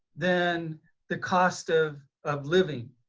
than the cost of of living.